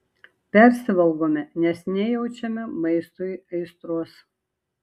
persivalgome nes nejaučiame maistui aistros